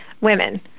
women